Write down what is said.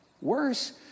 worse